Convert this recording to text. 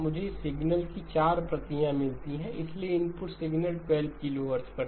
मुझे सिग्नल की 4 प्रतियां मिलती हैं इसलिए इनपुट सिग्नल 12 किलोहर्ट्ज़ पर था